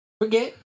Forget